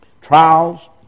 Trials